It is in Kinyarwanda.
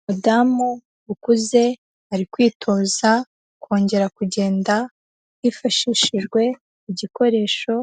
Umudamu ukuze ari kwitoza kongera kugenda hifashishijwe igikoresho